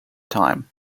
time